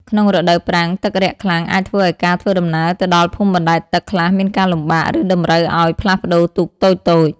ក្នុងរដូវប្រាំង ទឹករាក់ខ្លាំងអាចធ្វើឱ្យការធ្វើដំណើរទៅដល់ភូមិបណ្ដែតទឹកខ្លះមានការលំបាក ឬតម្រូវឱ្យផ្លាស់ប្ដូរទូកតូចៗ។